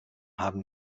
haben